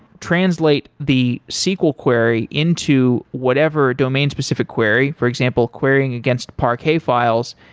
translate the sql query into whatever domain specific query, for example querying against parquet files,